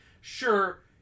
Sure